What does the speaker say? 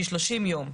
שהיא 30 ימים.